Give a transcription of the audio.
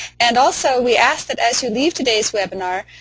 and also we ask that, as you leave today's webinar,